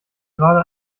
gerade